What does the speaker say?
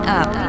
up